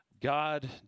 God